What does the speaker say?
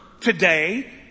today